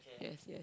yes yes